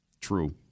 True